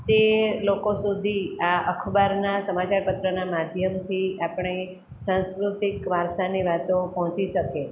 તે લોકો સુધી આ અખબારના સમાચાર પત્રના માધ્યમથી આપણે સાંસ્કૃતિક વારસાની વાતો પહોંચી શકે